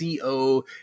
CO